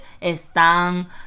están